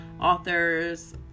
authors